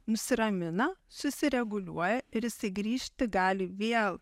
nusiramina susireguliuoja ir jisai grįžti gali vėl